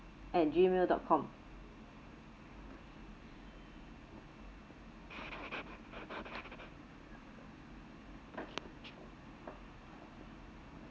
at G mail dot com